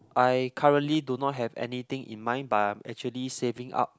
I currently do not have anything in mind but I'm actually saving up